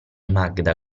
magda